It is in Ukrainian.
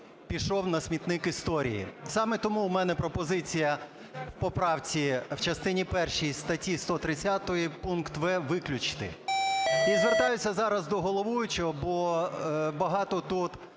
пішов на смітник історії. Саме тому в мене пропозиція по правці в частині першій статті 130 пункт "в" виключити. І звертаюся зараз до головуючого, бо багато тут